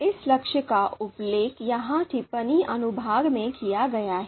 इस लक्ष्य का उल्लेख यहाँ टिप्पणी अनुभाग में किया गया है